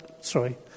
sorry